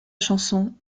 chanson